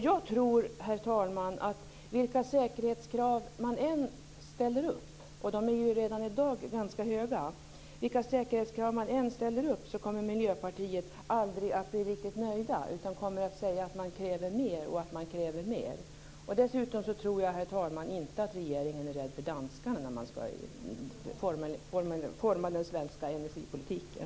Jag tror, herr talman, att vilka säkerhetskrav man än ställer - de är redan i dag ganska höga - kommer miljöpartisterna aldrig att vara riktigt nöjda utan kommer att kräva mer. Dessutom tror jag inte att regeringen är rädd för danskarna när man formar den svenska energipolitiken.